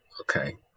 okay